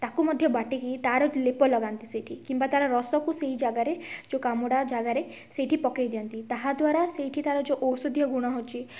ତାକୁ ମଧ୍ୟ ବାଟିକି ତା'ର ଲେପ ଲଗାନ୍ତି ସେଇଠି କିମ୍ବା ତା'ର ରସକୁ ସେଇ ଜାଗାରେ ଯେଉଁ କାମୁଡ଼ା ଜାଗାରେ ସେଇଠି ପକେଇ ଦିଅନ୍ତି ତାହା ଦ୍ଵାରା ସେଇଠି ତା'ର ଯେଉଁ ଔଷଧୀୟ ଗୁଣ ହେଉଛି